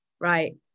Right